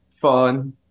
fun